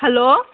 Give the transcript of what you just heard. hello